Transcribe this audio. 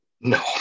No